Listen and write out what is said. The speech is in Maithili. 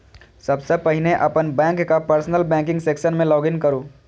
सबसं पहिने अपन बैंकक पर्सनल बैंकिंग सेक्शन मे लॉग इन करू